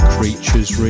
Creatures